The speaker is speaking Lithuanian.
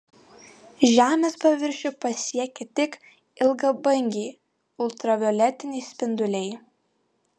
žemės paviršių pasiekia tik ilgabangiai ultravioletiniai spinduliai